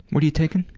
what are you taking?